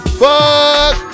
fuck